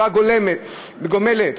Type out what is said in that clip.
חברה גומלת,